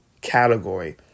category